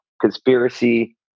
conspiracy